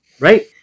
right